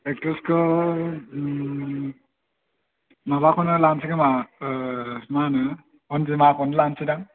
एक्ट्रिसखौ माबाखौनो लानोसै खोमा मा होनो अनजिमाखौनो लानोसै दां